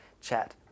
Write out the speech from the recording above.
chat